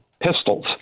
pistols